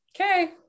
okay